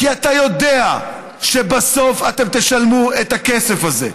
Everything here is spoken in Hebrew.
כי אתה יודע שבסוף אתם תשלמו את הכסף הזה,